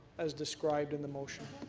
as described in the motion.